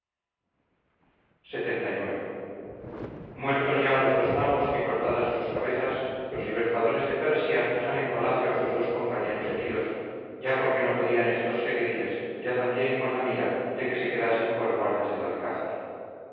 lxxix muertos ya los dos magos y cortadas sus cabezas los libertadores de persia dejan en palacio a sus dos compañeros heridos ya porque no podían éstos seguirles ya también con la mira de que se quedasen por guardas del alcázar